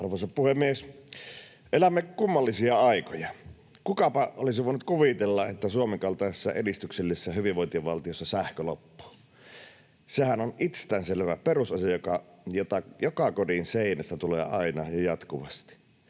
Arvoisa puhemies! Elämme kummallisia aikoja. Kukapa olisi voinut kuvitella, että Suomen kaltaisessa edistyksellisessä hyvinvointivaltiossa sähkö loppuu? Sehän on itsestäänselvä perusasia, jota joka kodin seinästä tulee aina ja jatkuvasti.